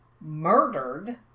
murdered